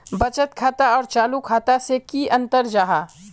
बचत खाता आर चालू खाता से की अंतर जाहा?